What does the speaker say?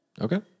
Okay